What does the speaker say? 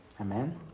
Amen